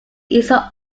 east